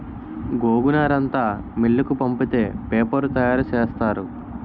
గోగునారంతా మిల్లుకు పంపితే పేపరు తయారు సేసేత్తారు